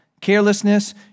carelessness